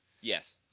Yes